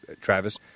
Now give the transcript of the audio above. Travis